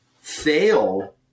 fail